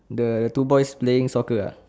the two boys playing soccer uh